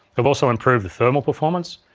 we've also improved the thermal performance.